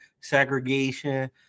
segregation